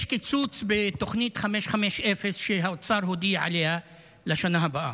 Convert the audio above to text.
יש קיצוץ בתוכנית 550 שהאוצר הודיע עליה לשנה הבאה,